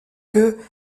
que